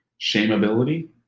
Shameability